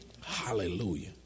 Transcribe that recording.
Hallelujah